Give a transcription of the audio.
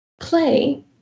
play